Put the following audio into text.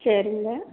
சரிங்க